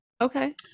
Okay